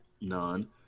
None